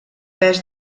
pes